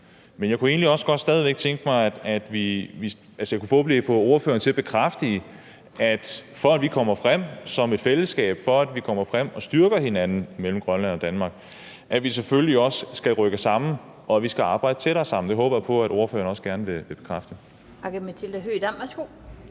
at jeg forhåbentlig kan få ordføreren til at bekræfte, at for at vi kommer frem som et fællesskab, for at vi kommer frem og styrker hinanden – Grønland og Danmark – skal vi selvfølgelig også rykke sammen, og vi skal arbejde tættere sammen. Det håber jeg på at ordføreren gerne vil bekræfte.